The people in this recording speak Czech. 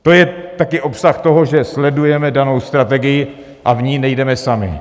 To je také obsah toho, že sledujeme danou strategii a nejdeme ní sami.